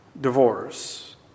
divorce